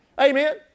Amen